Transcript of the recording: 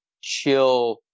chill